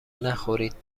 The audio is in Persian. نخورید